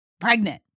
pregnant